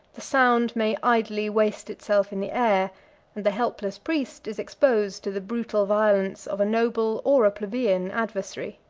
the sound may idly waste itself in the air and the helpless priest is exposed to the brutal violence of a noble or a plebeian adversary.